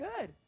good